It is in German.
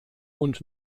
und